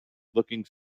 looking